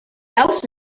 else